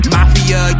Mafia